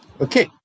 Okay